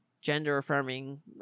gender-affirming